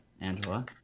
Angela